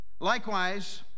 likewise